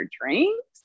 drinks